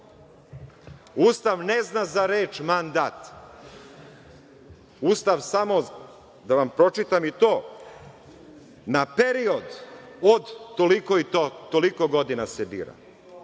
Ustav ne zna za reč mandat. Ustav samo, da vam pročitam i to, na period od toliko i toliko godina se bira.